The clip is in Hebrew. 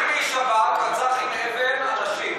הוא לא דבר שנעים לעשות אותו,